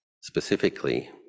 specifically